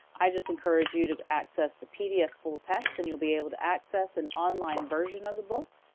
i just encourage you to access the pdf full text and you'll be able to access an online version of the book.